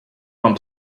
wam